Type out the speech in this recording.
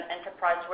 enterprise